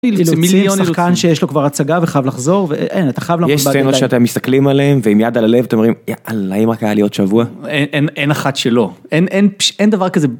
מיליון שיש לו כבר הצגה וחב לחזור ואתה מסתכלים עליהם ועם יד על הלב תמרים אלה עם הקהליות שבוע אין אחד שלא אין אין דבר כזה.